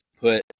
put